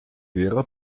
gera